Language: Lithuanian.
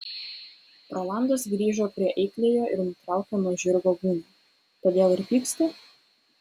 rolandas grįžo prie eikliojo ir nutraukė nuo žirgo gūnią todėl ir pyksti